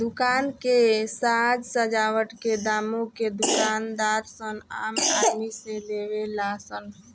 दुकान के साज सजावट के दामो के दूकानदार सन आम आदमी से लेवे ला सन